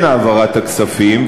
כן העברת הכספים,